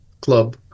club